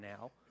now